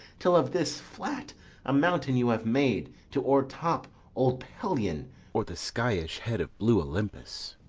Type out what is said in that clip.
till of this flat a mountain you have made, to o'ertop old pelion or the skyish head of blue olympus.